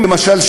למשל,